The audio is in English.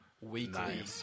weekly